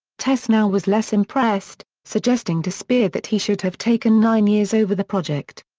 tessenow was less impressed, suggesting to speer that he should have taken nine years over the project.